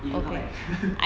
you will come back ah